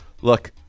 Look